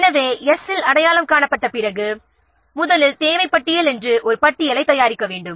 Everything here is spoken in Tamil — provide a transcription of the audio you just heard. எனவே's' ஐ அடையாளம் கண்ட பிறகு முதலில் தேவை பட்டியலைத் தயாரிக்க வேண்டும்